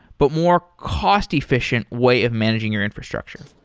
but more cost efficient way of managing your infrastructure.